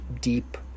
deep